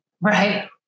Right